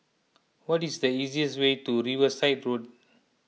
what is the easiest way to Riverside Road